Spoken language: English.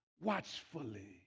watchfully